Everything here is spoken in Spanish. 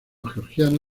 georgiano